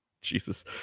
Jesus